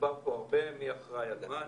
דובר פה הרבה מי אחראי על מה.